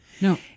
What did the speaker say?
No